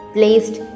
Placed